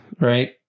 right